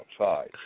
outside